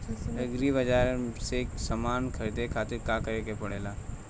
Agri बाज़ार से समान ख़रीदे खातिर का करे के पड़ेला?